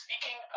speaking